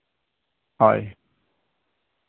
ᱦᱳᱭ